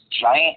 giant